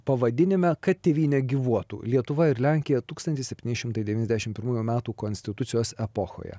pavadinime kad tėvynė gyvuotų lietuva ir lenkija tūkstantis septyni šimtai devyniasdešimt pirmųjų metų konstitucijos epochoje